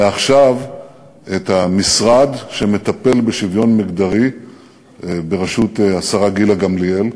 ועכשיו את המשרד שמטפל בשוויון מגדרי בראשות השרה גילה גמליאל.